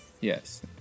Yes